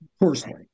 Personally